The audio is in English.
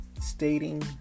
stating